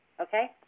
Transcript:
Okay